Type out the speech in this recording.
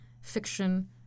fiction